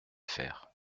faire